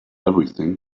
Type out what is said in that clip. everything